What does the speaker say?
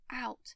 out